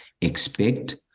expect